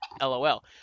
lol